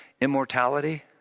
immortality